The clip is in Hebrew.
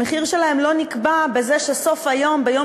המחיר שלהן לא נקבע בזה שבסוף היום ביום